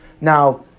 Now